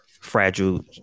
fragile